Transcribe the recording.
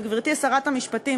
וגברתי שרת המשפטים,